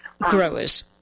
growers